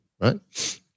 right